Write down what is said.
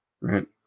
right